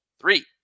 Three